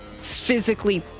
physically